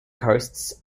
coasts